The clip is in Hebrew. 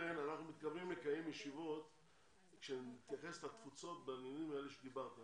אנחנו מתכוונים לקיים ישיבות ונתייחס לתפוצות במלים האלה שאמרת.